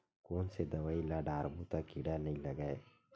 कोन से दवाई ल डारबो त कीड़ा नहीं लगय?